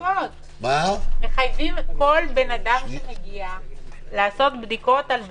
מחייבים כל אדם שמגיע לעשות בדיקות על בדיקות.